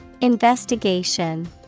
Investigation